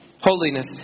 holiness